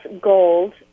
Gold